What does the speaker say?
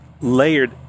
layered